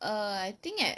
err I think at